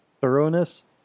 thoroughness